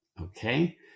Okay